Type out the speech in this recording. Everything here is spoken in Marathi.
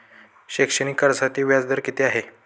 शैक्षणिक कर्जासाठी व्याज दर किती आहे?